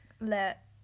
let